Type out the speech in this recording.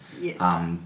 Yes